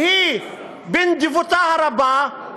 והיא, בנדיבותה הרבה,